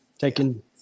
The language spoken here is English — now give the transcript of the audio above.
taking